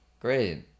Great